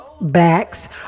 backs